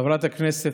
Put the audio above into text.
חברת הכנסת,